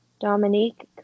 Dominique